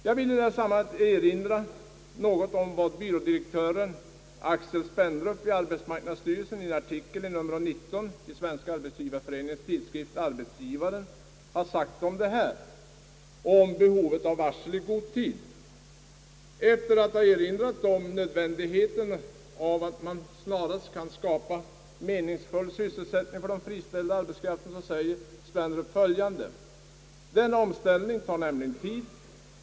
Jag vill i detta sammanhang erinra något om vad byrådirektören Aksel Spendrup i arbetsmarknadsstyrelsen i en artikel i nr 19 av Svenska arbetsgivareföreningens tidskrift Arbetsgivaren sagt om behovet av varsel i god tid. Efter att ha erinrat om nödvändigheten av att man snarast kan skapa meningsfull sysselsättning för den friställda arbetskraften skriver Spendrup: »Denna omställning tar nämligen tid.